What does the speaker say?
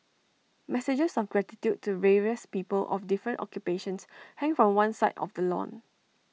messages of gratitude to various people of different occupations hang from one side of the lawn